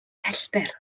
pellter